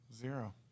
Zero